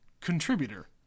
contributor